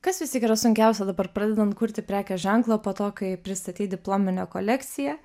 kas vis tik yra sunkiausia dabar pradedant kurti prekės ženklą po to kai pristatei diplominio kolekciją